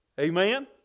Amen